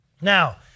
Now